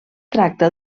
tracta